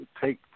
take